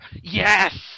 Yes